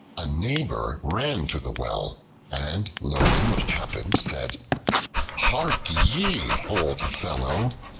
a neighbor ran to the well, and learning what had happened said hark ye, old fellow,